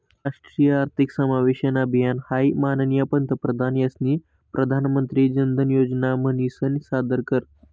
राष्ट्रीय आर्थिक समावेशन अभियान हाई माननीय पंतप्रधान यास्नी प्रधानमंत्री जनधन योजना म्हनीसन सादर कर